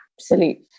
absolute